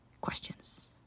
questions